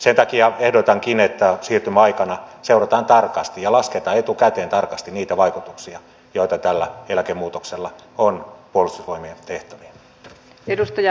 sen takia ehdotankin että siirtymäaikana seurataan tarkasti ja lasketaan etukäteen tarkasti niitä vaikutuksia joita tällä eläkemuutoksella on puolustusvoimien tehtäviin